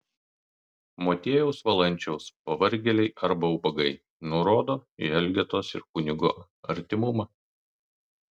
motiejaus valančiaus pavargėliai arba ubagai nurodo į elgetos ir kunigo artimumą